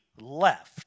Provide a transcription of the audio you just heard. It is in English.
left